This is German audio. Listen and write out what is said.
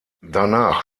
danach